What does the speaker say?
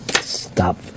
Stop